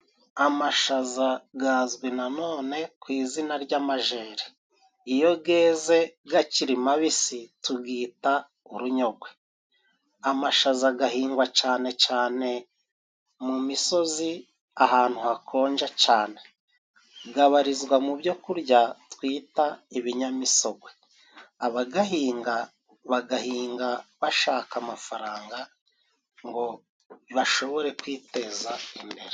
Amashaza gazwi na none ku izina ry'amajeri. Iyo geze gakiri mabisi, tugita urunyogwe. Amashaza gahingwa cane cane mu misozi, ahantu hakonja cane. Gabarizwa mu byo kurya twita ibinyamisogwe. Abagahinga bagahinga bashaka amafaranga ngo bashobore kwiteza imbere.